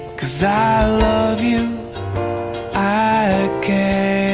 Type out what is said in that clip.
cause i love you i care